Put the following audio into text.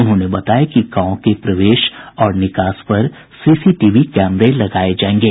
उन्होंने बताया कि गांवों के प्रवेश और निकास पर सीसीटीवी कैमरे लगाये जायेंगे